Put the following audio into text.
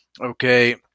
okay